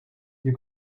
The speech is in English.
you